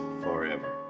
forever